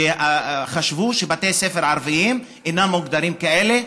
וחשבו שבתי ספר ערביים אינם מוגדרים כאלה.